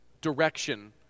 direction